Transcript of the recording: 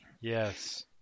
Yes